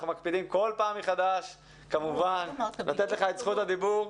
אנחנו מקפידים כל פעם לתת לך את זכות הדיבור.